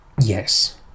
yes